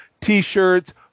T-shirts